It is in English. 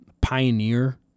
Pioneer